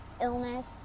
illness